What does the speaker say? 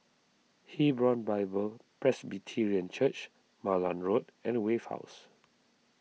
Hebron Bible Presbyterian Church Malan Road and Wave House